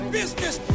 business